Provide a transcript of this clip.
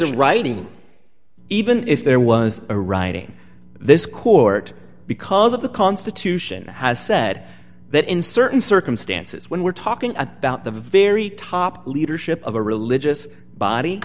a writing even if there was a riot in this court because of the constitution has said that in certain circumstances when we're talking about the very top leadership of a religious body